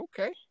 Okay